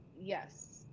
yes